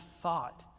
thought